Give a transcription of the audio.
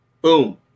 Boom